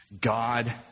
God